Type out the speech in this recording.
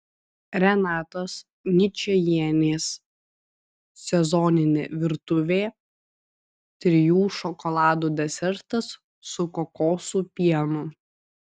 renatos ničajienės sezoninė virtuvė trijų šokoladų desertas su kokosų pienu